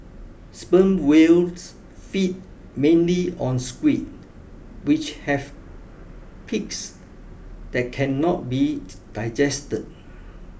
sperm whales feed mainly on squid which have beaks that cannot be digested